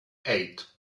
eight